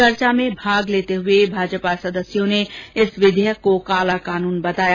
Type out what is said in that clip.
चर्चा में भाग लेते हुए भाजपा सदस्यों ने इस विधेयक को काला कानून बताया